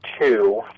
two